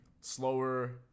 slower